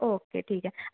okay ठीक आहे